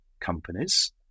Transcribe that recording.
companies